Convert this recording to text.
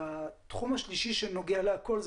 התחום השלישי שנוגע לכל,